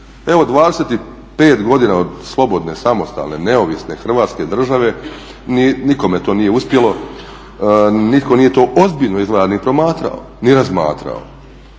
Evo 25 godina od slobodne, samostalne, neovisne Hrvatske države nikome to nije uspjelo, nitko nije to ozbiljno izgleda ni promatrao ni razmatrao.